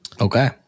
Okay